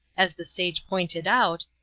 as the sage pointed out,